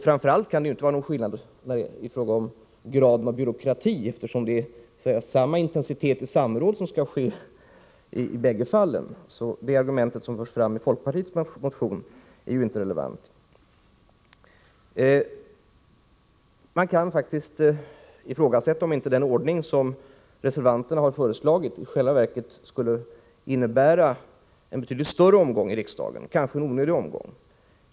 Framför allt kan det inte vara fråga om någon skillnad när det gäller graden av byråkrati, eftersom samråden skall ske med samma intensitet i båda fallen. Det argument som förs fram i folkpartiets motion är inte relevant. Man kan faktiskt fråga sig om inte den ordning som reservanterna har föreslagit i själva verket skulle innebära en betydligt större omgång i riksdagen, kanske en onödig omgång.